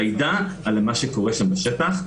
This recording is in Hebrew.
מעידה על מה שקורה שם בשטח,